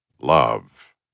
love